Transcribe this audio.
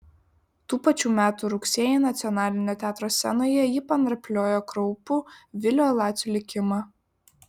tų pačių metų rugsėjį nacionalinio teatro scenoje ji panarpliojo kraupų vilio lacio likimą